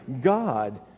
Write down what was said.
God